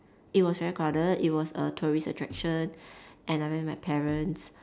it was very crowded it was a tourist attraction and I went with my parents